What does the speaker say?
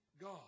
God